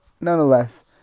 nonetheless